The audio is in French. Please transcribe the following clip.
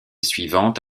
suivante